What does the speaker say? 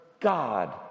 God